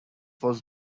was